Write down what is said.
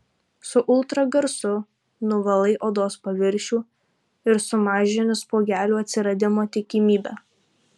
su ultragarsu nuvalai odos paviršių ir sumažini spuogelių atsiradimo tikimybę